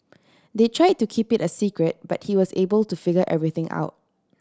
they try to keep it a secret but he was able to figure everything out